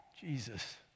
Jesus